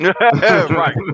Right